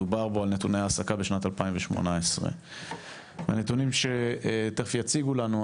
דובר בו על נתוני העסקה בשנת 2018. הנתונים שתיכף יציגו לנו,